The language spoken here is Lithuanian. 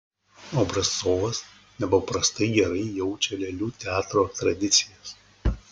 obrazcovas nepaprastai gerai jaučia lėlių teatro tradicijas